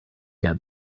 get